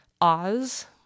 Oz